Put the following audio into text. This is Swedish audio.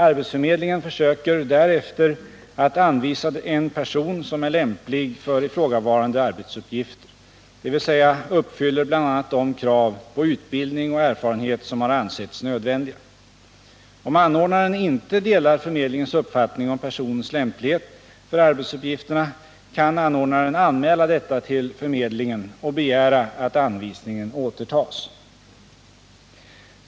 Arbetsförmedlingen försöker därefter att anvisa en person som är lämplig för ifrågavarande arbetsuppgifter, dvs. uppfyller bl.a. de krav på utbildning och erfarenhet som har ansetts nödvändiga. Om anordnaren inte delar förmedlingens uppfattning om personens lämplighet för arbetsuppgifterna, kan anordnaren anmäla detta till förmedlingen och begära att anvisningen återtas.